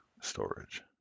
storage